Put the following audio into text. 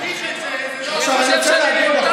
זה שתגחיך את זה, אני רוצה להגיד לך